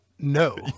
No